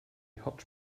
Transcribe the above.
hotch